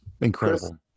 incredible